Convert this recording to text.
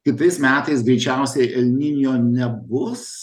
kitais metais greičiausiai el ninio nebus